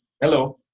hello